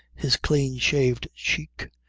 his clean-shaved cheek,